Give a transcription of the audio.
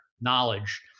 knowledge